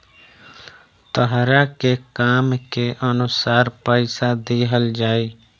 तहरा के काम के अनुसार पइसा दिहल जाइ